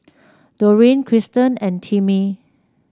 Doreen Krysten and Timmie